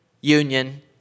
union